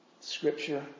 Scripture